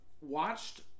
watched